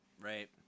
right